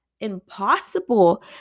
impossible